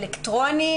אלקטרוני,